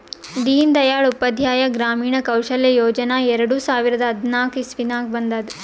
ದೀನ್ ದಯಾಳ್ ಉಪಾಧ್ಯಾಯ ಗ್ರಾಮೀಣ ಕೌಶಲ್ಯ ಯೋಜನಾ ಎರಡು ಸಾವಿರದ ಹದ್ನಾಕ್ ಇಸ್ವಿನಾಗ್ ಬಂದುದ್